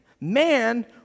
Man